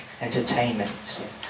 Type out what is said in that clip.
entertainment